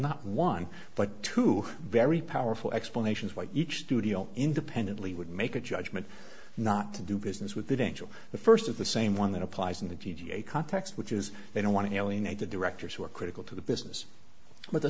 not one but two very powerful explanations what each studio independently would make a judgment not to do business with that angel the first of the same one that applies in the g t a context which is they don't want to alienate the directors who are critical to the business but the